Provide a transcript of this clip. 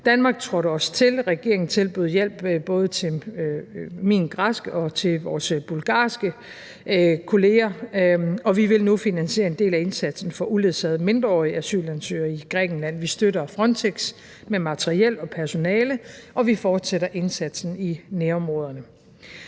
Danmark trådte også til. Regeringen tilbød hjælp både til min græske og til vores bulgarske kolleger, og vi vil nu finansiere en del af indsatsen for uledsagede mindreårige asylansøgere i Grækenland. Vi støtter Frontex med materiel og personale, og vi fortsætter indsatsen i nærområderne.